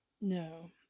no